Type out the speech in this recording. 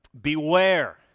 Beware